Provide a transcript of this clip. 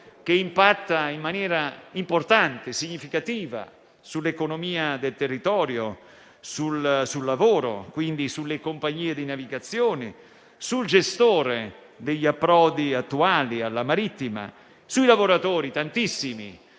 che impatta in maniera importante e significativa sull'economia del territorio, sul lavoro, quindi sulle compagnie di navigazione, sul gestore degli approdi attuali alla marittima, su tantissimi